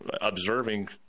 observing